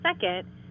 second